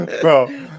Bro